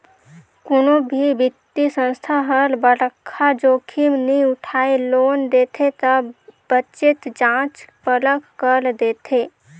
कोनो भी बित्तीय संस्था हर बड़खा जोखिम नी उठाय लोन देथे ता बतेच जांच परख कर देथे